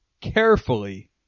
carefully